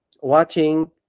watching